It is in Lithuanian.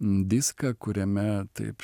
diską kuriame taip